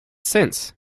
since